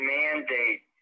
mandate